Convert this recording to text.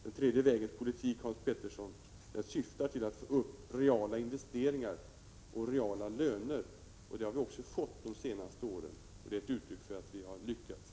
Den tredje vägens politik syftar till att åstadkomma reala investeringar och reala löner, Hans Petersson. Det har vi också fått de senaste åren. Det är ett uttryck för att vi har lyckats.